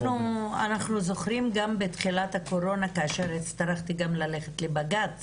אנחנו זוכרים גם בתחילת הקורונה כאשר הצטרכתי גם ללכת לבג"ץ